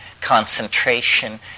concentration